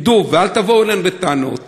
תדעו, ואל תבואו אלינו בטענות.